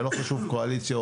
ולא חשוב קואליציה,